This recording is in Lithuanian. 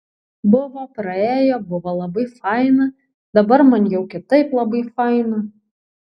buvo praėjo buvo labai faina dabar man jau kitaip labai faina